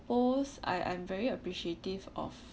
suppose I I'm very appreciative of